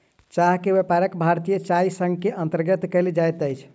चाह के व्यापार भारतीय चाय संग के अंतर्गत कयल जाइत अछि